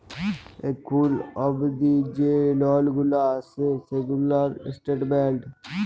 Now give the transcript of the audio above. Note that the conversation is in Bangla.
এখুল অবদি যে লল গুলা আসে সেগুলার স্টেটমেন্ট